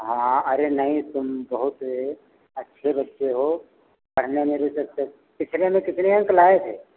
हाँ अरे नहीं तुम बहुत अच्छे बच्चे हो पढ़ने में रुचि कितने में कितने अंक लाए थे